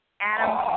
Adam